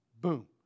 Boom